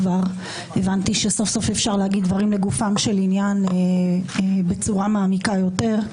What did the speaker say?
הבנתי שסוף-סוף אפשר להגיד דברים לגופו של עניין בצורה מעמיקה יותר,